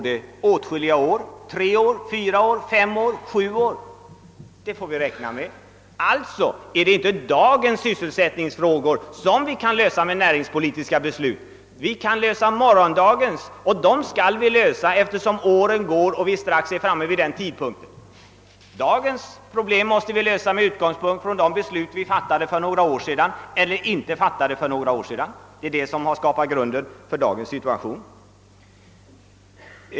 Det är alltså inte dagens sysselsättningsfrågor som vi nu kan lösa med näringspolitiska beslut. Vi kan lösa morgondagens, och dem skall vi lösa eftersom åren går och vi strax är framme vid den tidpunkten. Dagens problem måste vi lösa med utgångspunkt från de beslut vi fattade — eller inte fattade — för några år sedan. Det är detta som skapat grunden för dagens situation.